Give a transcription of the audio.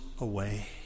away